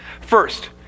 First